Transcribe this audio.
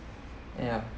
ya